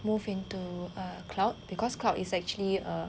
move into a cloud because cloud is actually a